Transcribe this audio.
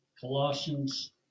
Colossians